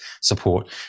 support